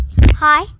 Hi